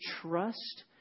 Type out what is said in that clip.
trust